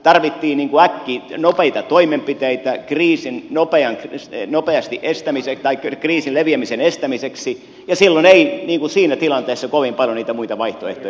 tarvittiin äkkiä nopeita toimenpiteitä kriisin nopeasti pystyyn nopeasti kestämisen tai kriisin leviämisen estämiseksi ja silloin ei siinä tilanteessa kovin paljon niitä muita vaihtoehtoja ollut